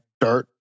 dirt